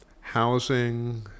Housing